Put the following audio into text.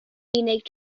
unig